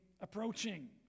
approaching